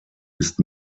ist